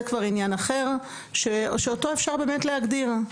כבר עניין אחר שאותו אפשר באמת להגדיר.